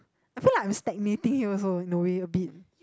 I feel like I'm stagnating here also no way a bit